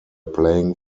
playing